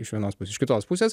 iš vienos pusės iš kitos pusės